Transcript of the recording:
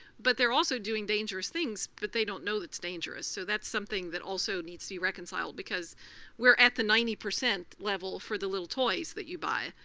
but they're also doing dangerous things, but they don't know it's dangerous. so that's something that also needs to be reconciled because we're at the ninety percent level for the little toys that you buy.